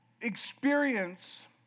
experience